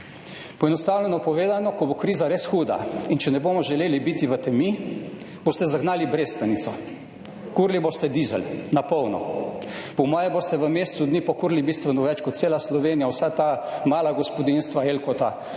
Poenostavljeno povedano, ko bo kriza res huda in če ne bomo želeli biti v temi, boste zagnali Brestanico, kurili boste dizel na polno. Po moje boste v mesecu dni pokurili bistveno več kot cela Slovenija, vsa ta mala gospodinjstva elkota